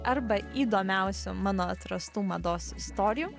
arba įdomiausių mano atrastų mados istorijų